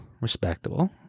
Respectable